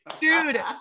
Dude